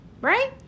right